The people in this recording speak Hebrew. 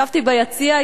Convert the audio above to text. ישבתי ביציע,